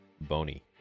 bony